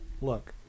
look